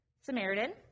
Samaritan